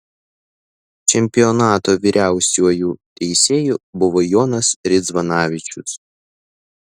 čempionato vyriausiuoju teisėju buvo jonas ridzvanavičius